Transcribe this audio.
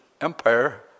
Empire